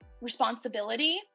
responsibility